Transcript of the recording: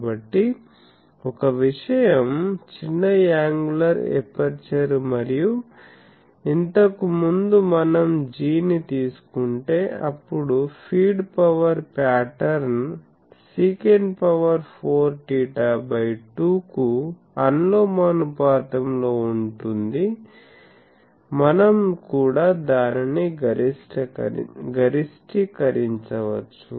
కాబట్టి ఒక విషయం చిన్న యాంగులర్ ఎపర్చరు మరియు ఇంతకుముందు మనం g ను తీసుకుంటే అప్పుడు ఫీడ్ పవర్ ప్యాటర్న్ sec4θ2 కు అనులోమానుపాతంలో ఉంటుంది మనం కూడా దానిని గరిష్టీకరించవచ్చు